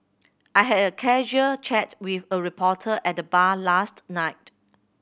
I had a casual chat with a reporter at the bar last night